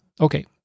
Okay